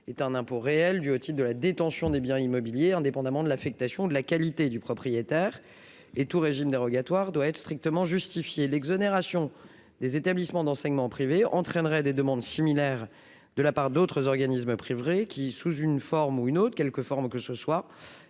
est un impôt réel du otite de la détention des biens immobiliers, indépendamment de l'affectation de la qualité du propriétaire et tout régime dérogatoire doit être strictement justifier l'exonération des établissements d'enseignement privé entraînerait des demandes similaires de la part d'autres organisme priverait qui, sous une forme ou une autre, quelque forme que ce soit